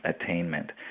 attainment